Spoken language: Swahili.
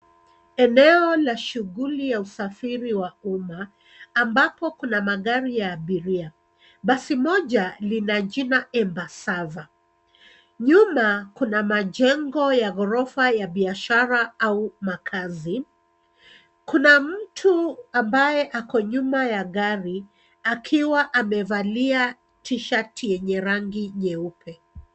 Eneo la shughuli ya usafiri wa umma, ambapo kuna magari ya abiria. Basi moja lina jina Embassava . Nyuma, kuna majengo ya ghorofa ya biashara au makazi. kuna mtu ambaye ako nyuma ya gari akiwa amevalia T-shirt yenye rangi nyeupe.